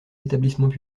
établissements